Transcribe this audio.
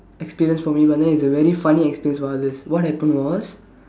experience for me but then it's a very funny experience for others what happen was